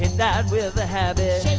his dad with a habit.